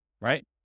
right